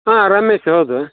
ಹಾಂ ರಮೇಶ್ ಹೌದು